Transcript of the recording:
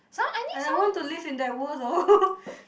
some I need some